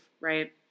right